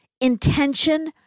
intention